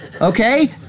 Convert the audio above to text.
Okay